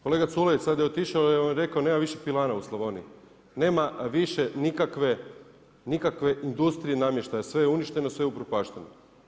Kolega Culej sada je otišao, rekao je da nema više pilana u Slavoniji, nema više nikakve industrije namještaja, sve je uništeno, sve je upropašteno.